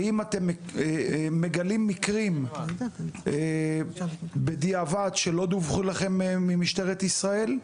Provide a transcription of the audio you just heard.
האם אתם מגלים מקרים בדיעבד שלא דווחו לכם ממשטרת ישראל?